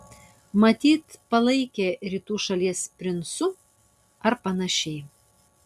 matyt palaikė rytų šalies princu ar panašiai